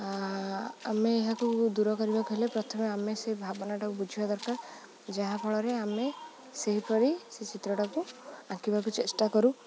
ଆମେ ଏହାକୁ ଦୂର କରିବାକୁ ହେଲେ ପ୍ରଥମେ ଆମେ ସେ ଭାବନାଟାକୁ ବୁଝିବା ଦରକାର ଯାହାଫଳରେ ଆମେ ସେହିପରି ସେ ଚିତ୍ରଟାକୁ ଆଙ୍କିବାକୁ ଚେଷ୍ଟା କରୁ